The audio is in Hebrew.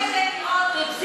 תוציא את הראש